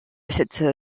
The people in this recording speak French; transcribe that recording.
cette